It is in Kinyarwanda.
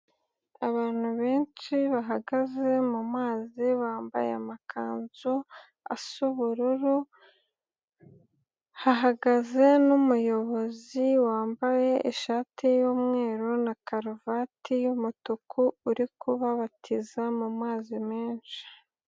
Abantu benshi bahagaze mu mazi bambaye amakanzu asa ubururu, hahagaze n'umuyobozi wambaye ishati y'umweru na karuvati y'umutuku uri kubabatiza mu mazi menshi.